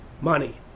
Money